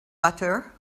butter